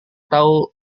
tahu